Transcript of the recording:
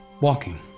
walking